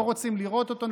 לא רוצים לראות אותו,